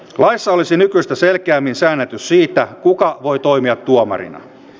laissa olisi nykyistä selkeämmin säännelty siitä kuka voi toimia tuomarina